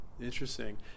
interesting